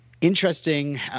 interesting